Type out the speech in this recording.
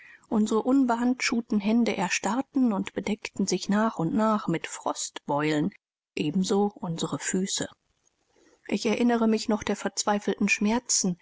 unsere unbehandschuhten hände erstarrten und bedeckten sich nach und nach mit frostbeulen ebenso unsere füße ich erinnere mich noch der verzweifelten schmerzen